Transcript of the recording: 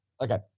Okay